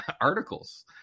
articles